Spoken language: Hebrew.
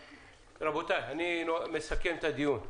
רבותיי, אני מסכם את הדיון.